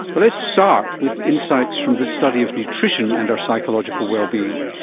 but let's start with insights from the study of nutrition and our psychological wellbeing.